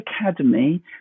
Academy